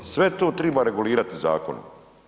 Sve to treba regulirati zakonom.